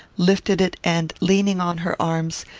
lifted it, and, leaning on her arms,